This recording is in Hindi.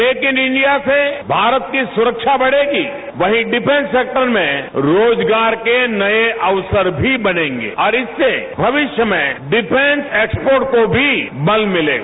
मेक इन इंडिया से भारत की सुरक्षा बढ़ेगी वहीं डिफेंस सेक्टर में रोजगार के नये अवसर भी बढ़ेंगे और इससे मविष्य में डिफेंस एक्सपो को भी बल मिलेगा